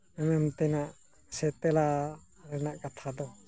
ᱢᱮᱱ ᱛᱮᱱᱟᱜ ᱥᱮ ᱛᱮᱞᱟ ᱨᱮᱱᱟᱜ ᱠᱟᱛᱷᱟ ᱫᱚ